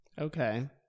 Okay